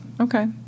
Okay